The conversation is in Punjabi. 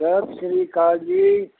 ਸਤਿ ਸ਼੍ਰੀ ਅਕਾਲ ਜੀ